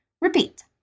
Repeat